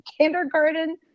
kindergarten